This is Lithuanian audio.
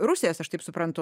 rusijos aš taip suprantu